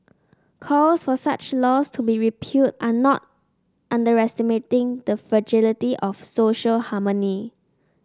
calls for such laws to be repealed are not underestimating the fragility of social harmony